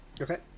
Okay